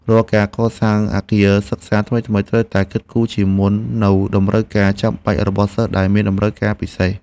រាល់ការសាងសង់អគារសិក្សាថ្មីៗត្រូវតែគិតគូរជាមុននូវតម្រូវការចាំបាច់របស់សិស្សដែលមានតម្រូវការពិសេស។